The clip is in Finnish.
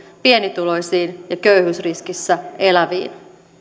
pienituloisiin ja köyhyysriskissä eläviin